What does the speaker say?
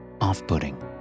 off-putting